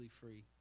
free